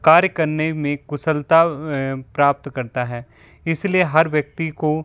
कार्य करने में कुशलता प्राप्त करता है इसलिए हर व्यक्ति को